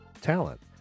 talent